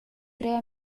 tres